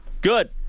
Good